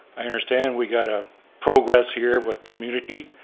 i understand, we got to progress here with community.